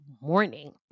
morning